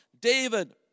david